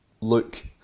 look